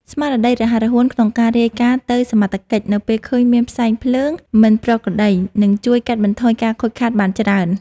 ស្មារតីរហ័សរហួនក្នុងការរាយការណ៍ទៅសមត្ថកិច្ចនៅពេលឃើញមានផ្សែងភ្លើងមិនប្រក្រតីនឹងជួយកាត់បន្ថយការខូចខាតបានច្រើន។